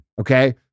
Okay